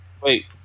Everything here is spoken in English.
wait